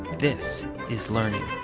this is learning.